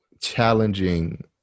challenging